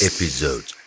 Episode